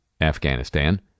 Afghanistan